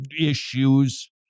issues